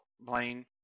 Blaine